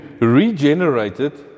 regenerated